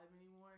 anymore